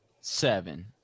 seven